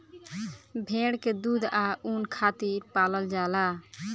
भेड़ के दूध आ ऊन खातिर पलाल जाला